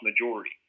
majority